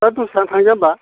दा दसे थानानै थांजाया होमब्ला